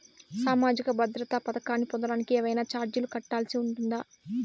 సామాజిక భద్రత పథకాన్ని పొందడానికి ఏవైనా చార్జీలు కట్టాల్సి ఉంటుందా?